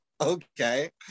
okay